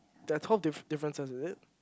there are twelve diff~ differences is it